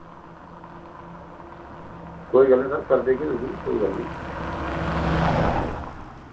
कोई गल्ल निं सर कर देगे तुसें कोई गल्ल निं